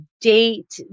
date